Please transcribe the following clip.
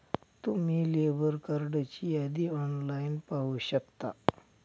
तुम्ही लेबर कार्डची यादी ऑनलाइन पाहू शकता